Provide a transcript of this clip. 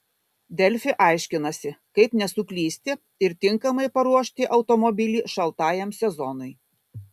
delfi aiškinasi kaip nesuklysti ir tinkamai paruošti automobilį šaltajam sezonui